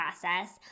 process